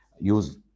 use